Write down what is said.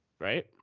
Right